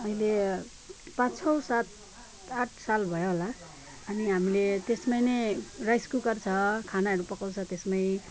अहिले पाँच छ सात आठ साल भयो होला अनि हामीले त्यसमा नि राइस कुकर छ खानाहरू पकाउँछ त्यसमै